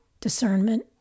discernment